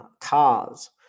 cars